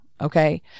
okay